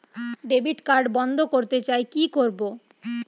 Debit card বন্ধ করতে চাই কি করব?